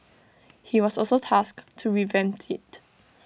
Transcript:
he was also tasked to revamp IT